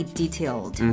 detailed